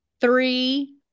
three